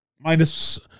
minus